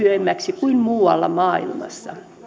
lyhyemmäksi kuin muualla maailmassa